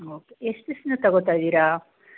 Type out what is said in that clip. okay ಎಷ್ಟ್ ದಿಸ್ದಿಂದ ತಗೋತಾ ಇದ್ದೀರಾ